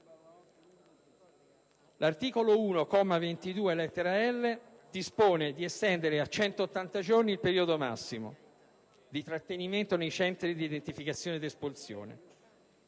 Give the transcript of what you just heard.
criticità - dispone di estendere a 180 giorni il periodo massimo di trattenimento nei centri di identificazione ed espulsione.